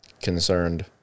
concerned